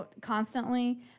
constantly